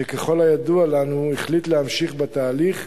וככל הידוע לנו הוא החליט להמשיך בתהליך,